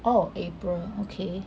oh april okay